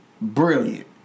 Brilliant